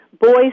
boys